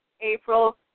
April